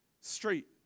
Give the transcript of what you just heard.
street